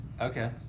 Okay